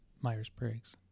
Myers-Briggs